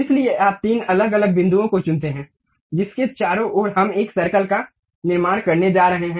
इसलिए आप तीन अलग अलग बिंदुओं को चुनते हैं जिसके चारों ओर हम एक सर्कल का निर्माण करने जा रहे हैं